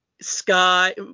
sky